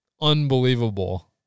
unbelievable